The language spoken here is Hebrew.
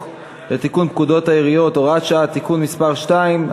לתיקון פקודת העיריות (הוראת שעה) (תיקון מס' 2),